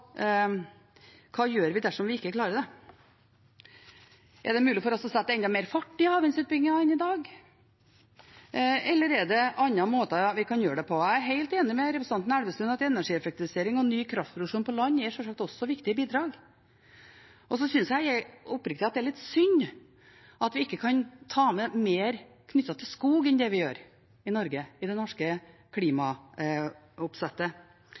hva vi gjør dersom vi ikke klarer det. Er det mulig for oss å sette enda mer fart i havvindsutbyggingen enn det er i dag? Eller er det andre måter vi kan gjøre det på? Jeg er helt enig med representanten Elvestuen i at energieffektivisering og ny kraftproduksjon på land sjølsagt også er viktige bidrag. Og så synes jeg oppriktig det er litt synd at vi ikke kan ta med mer knyttet til skog enn det vi gjør i Norge i det norske